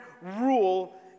rule